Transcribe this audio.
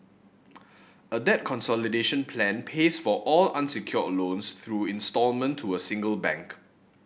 a debt consolidation plan pays for all unsecured loans through instalment to a single bank